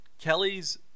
Kelly's